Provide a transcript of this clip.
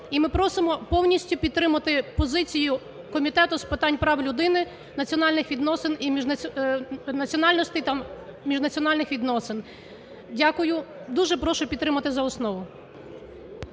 І ми просимо повністю підтримати позицію Комітету з питань прав людини, національних відносин і… національностей та міжнаціональних відносин. Дякую. Дуже прошу підтримати за основу.